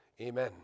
Amen